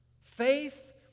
Faith